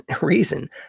reason